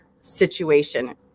situation